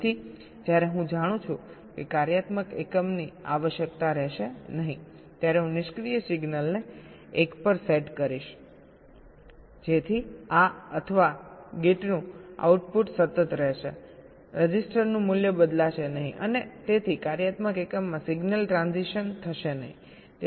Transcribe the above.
તેથી જ્યારે હું જાણું છું કે કાર્યાત્મક એકમની આવશ્યકતા રહેશે નહીં ત્યારે હું નિષ્ક્રિય સિગ્નલને 1 પર સેટ કરીશજેથી આ અથવા ગેટનું આઉટપુટ સતત રહેશે રજિસ્ટરનું મૂલ્ય બદલાશે નહીં અને તેથી કાર્યાત્મક એકમમાં સિગ્નલ ટ્રાન્જિસન થશે નહીં